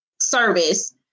service